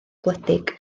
gwledig